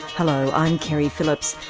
hello, i'm keri phillips.